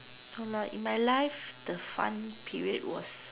no lah in my life the fun period was